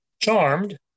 Charmed